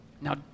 Now